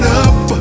up